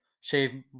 shave